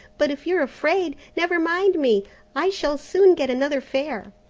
but if you're afraid, never mind me i shall soon get another fare.